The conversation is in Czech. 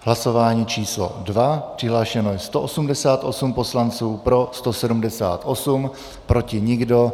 Hlasování číslo 2, přihlášeno je 188 poslanců, pro 178, proti nikdo.